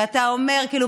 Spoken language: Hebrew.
ואתה אומר: כאילו,